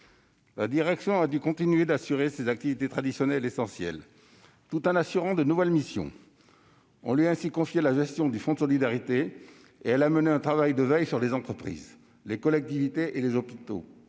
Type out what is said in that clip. La direction a dû continuer d'exercer ses activités traditionnelles essentielles, tout en remplissant de nouvelles missions. On lui a ainsi confié la gestion du fonds de solidarité et elle a effectué un travail de veille sur les entreprises, les collectivités et les hôpitaux.